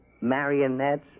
Marionettes